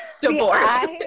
Divorce